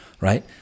right